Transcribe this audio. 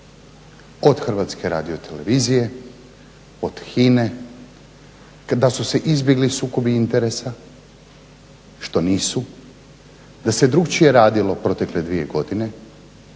od Hrvatske radiotelevizije, od HINA-e, da su se izbjegli sukobi interesa što nisu, da se drukčije radilo protekle dvije godine